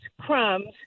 crumbs